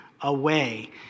away